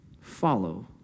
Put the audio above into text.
Follow